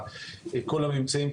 כל הממצאים,